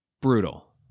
Brutal